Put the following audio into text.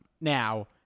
now